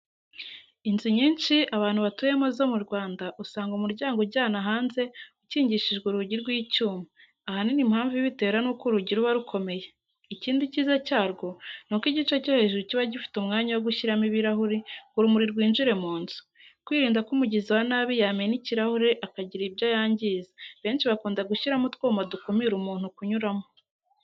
Inzu nyinshi abantu batuyemo zo mu Rwanda, usanga umuryango ujyana hanze ukingishijwe urugi rw'icyuma. Ahanini impamvu ibitera ni uko urugi ruba rukomeye. Ikindi kiza cyarwo ni uko igice cyo hejuru kiba gifite umwanya wo gushyiramo ibirahure ngo urumuri rwinjire mu nzu. Kwirinda ko umugizi wa nabi yamena ikirahure akagira ibyo yangiza, benshi bakunda gushyiramo utwuma dukumira umuntu kunyuramo.